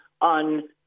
on